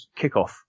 kickoff